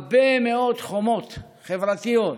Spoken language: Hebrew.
הרבה מאוד חומות חברתיות,